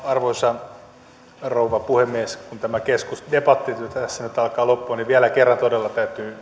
arvoisa rouva puhemies kun tämä debatti tässä nyt alkaa loppua niin vielä kerran todella